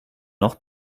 noch